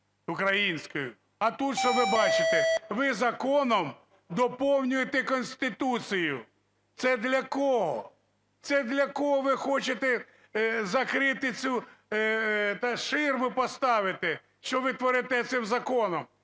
А тут що ми бачимо? Ви законом доповнюєте Конституцію. Це для кого? Це для кого ви хочете закрити цю… ширму поставити, що ви творите цим законом.